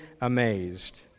amazed